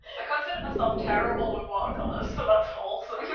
consider myself terrible with watercolors so that's wholesome. e